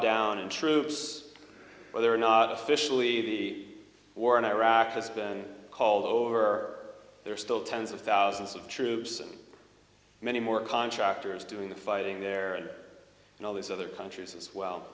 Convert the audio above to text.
drawdown in troops whether or not officially the war in iraq has been called over there are still tens of thousands of troops and many more contractors doing the fighting there and all these other countries as well